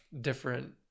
different